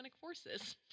forces